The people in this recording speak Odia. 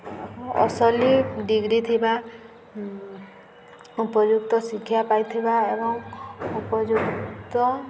ଅସଲି ଡିଗ୍ରୀ ଥିବା ଉପଯୁକ୍ତ ଶିକ୍ଷା ପାଇଥିବା ଏବଂ ଉପଯୁକ୍ତ